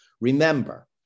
Remember